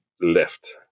left